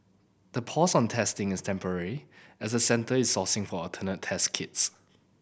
the pause on testing is temporary as centre is sourcing for alternative test kits